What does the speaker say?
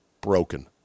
broken